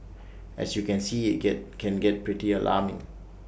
as you can see IT get can get pretty alarming